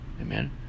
Amen